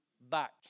back